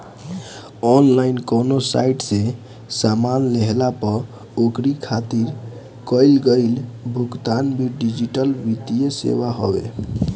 online कवनो site से सामान लेहला पअ ओकरी खातिर कईल गईल भुगतान भी डिजिटल वित्तीय सेवा हवे